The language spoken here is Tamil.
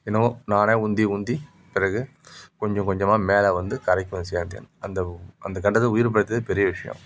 என்னவோ நானே உந்தி உந்தி பிறகு கொஞ்சம் கொஞ்சமாக மேலே வந்து கரைக்கு வந்து சேர்ந்தேன் அந்த அந்த கட்டத்தில் உயிர் பிழைத்ததே பெரிய விஷயம்